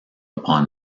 upon